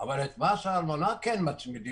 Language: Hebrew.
אבל את מס הארנונה כן מצמידים.